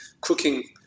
cooking